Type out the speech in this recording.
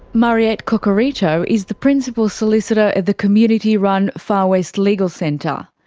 mariette curcuruto is the principal solicitor at the community-run far west legal centre.